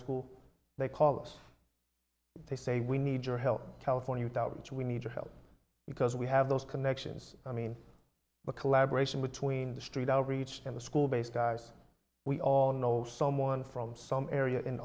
school they call us they say we need your help california outreach we need your help because we have those connections i mean the collaboration between the street outreach and the school based guys we all know someone from some area in